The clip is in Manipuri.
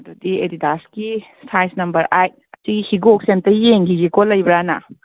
ꯑꯗꯨꯗꯤ ꯑꯦꯗꯤꯗꯥꯁꯀꯤ ꯁꯥꯏꯖ ꯅꯝꯕꯔ ꯑꯩꯠ ꯁꯤ ꯍꯤꯒꯣꯛꯁꯦ ꯑꯝꯇ ꯌꯦꯡꯒꯤꯒꯦꯀꯣ ꯂꯩꯕ꯭ꯔꯥꯅ